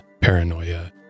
paranoia